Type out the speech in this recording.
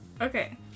Okay